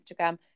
Instagram